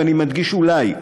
ואני מדגיש אולי,